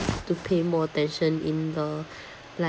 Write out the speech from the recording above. to pay more attention in the like